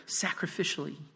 sacrificially